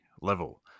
level